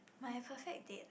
my perfect date